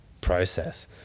process